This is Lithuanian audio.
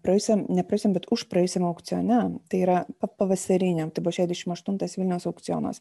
praėjusiam ne praėjusiam bet už praeisiam aukcione tai yra pavasariniam tai buvo šešiasdešimt aštuntas vilniaus aukcionas